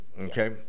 Okay